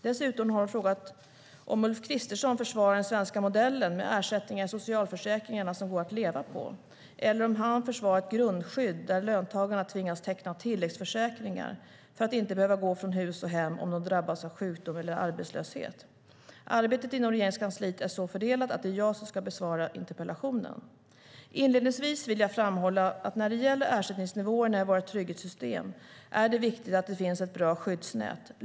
Dessutom har hon frågat om Ulf Kristersson försvarar den svenska modellen med ersättningar i socialförsäkringarna som går att leva på, eller om han försvarar ett grundskydd där löntagarna tvingas teckna tilläggsförsäkringar för att inte behöva gå från hus och hem om de drabbas av sjukdom eller arbetslöshet. Arbetet inom Regeringskansliet är så fördelat att det är jag som ska besvara interpellationen. Inledningsvis vill jag framhålla att när det gäller ersättningsnivåerna i våra trygghetssystem är det viktigt att det finns ett bra skyddsnät.